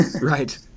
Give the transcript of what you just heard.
Right